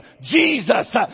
Jesus